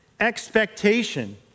expectation